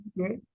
Okay